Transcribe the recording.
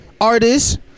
artists